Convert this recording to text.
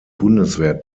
bundeswehr